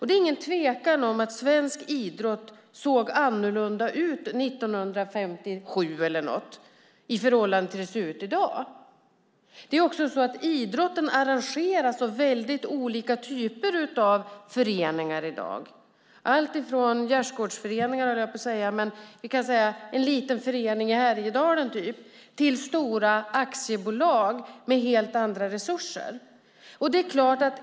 Det är ingen tvekan om att svensk idrott såg annorlunda ut 1957 i förhållande till hur den ser ut i dag. Idrotten arrangerar så väldigt olika typer av föreningar i dag, alltifrån gärdsgårdsföreningar, höll jag på att säga, eller en liten förening i Härjedalen till stora aktiebolag med helt andra resurser.